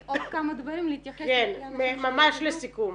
עוד כמה דברים להתייחס לנתונים -- ממש לסיכום.